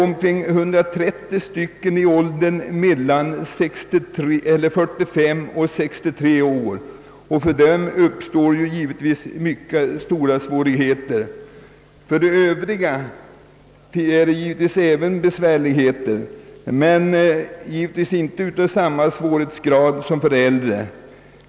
130 av de friställda är i åldern 45—963 år, och även för dem uppstår mycket stora svårigheter. Också för de övriga blir det besvärligheter men inte i samma utsträckning som för de äldre.